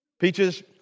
Peaches